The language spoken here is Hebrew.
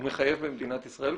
הוא מחייב במדינת ישראל,